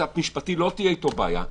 המשפטי לא תהיה אתו בעיה,